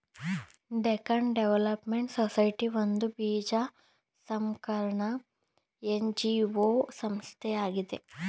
Deccan development society ಒಂದು ಬೀಜ ಸಂಸ್ಕರಣ ಎನ್.ಜಿ.ಒ ಸಂಸ್ಥೆಯಾಗಿದೆ